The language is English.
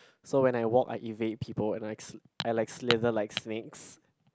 so when I walk I evade people and I s~ I like slither like snakes